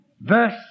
verse